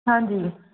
ਹਾਂਜੀ ਜੀ